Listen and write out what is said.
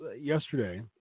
yesterday